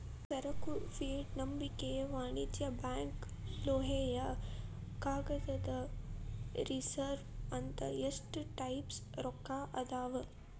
ಸರಕು ಫಿಯೆಟ್ ನಂಬಿಕೆಯ ವಾಣಿಜ್ಯ ಬ್ಯಾಂಕ್ ಲೋಹೇಯ ಕಾಗದದ ರಿಸರ್ವ್ ಅಂತ ಇಷ್ಟ ಟೈಪ್ಸ್ ರೊಕ್ಕಾ ಅದಾವ್